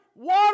Water